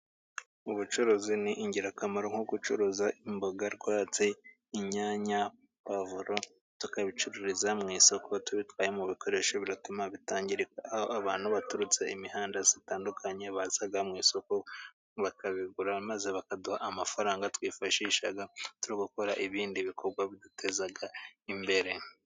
Ubucuruzi ni ingirakamaro nko gucuruza imboga rwatsi, inyanya, pavuro tukabicururiza mu isoko tubitwayemo bikoresho biratuma bitangirika, Aho abantu baturutse imihanda itandukanye baza mu isoko, bakabigura maze bakaduha amafaranga, twifashisha turi gukora ibindi bikorwa biduteza imbere.